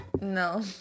No